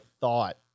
thought